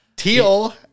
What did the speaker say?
Teal